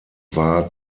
war